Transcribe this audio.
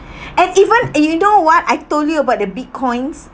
and even you know what I told you about the Bitcoins